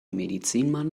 medizinmann